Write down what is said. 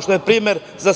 što je primer za